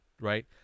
Right